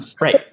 right